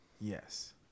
Yes